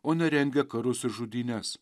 o ne rengia karus ir žudynes